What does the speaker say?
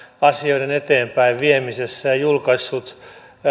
asioiden eteenpäinviemisessä ja julkaissut